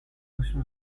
notion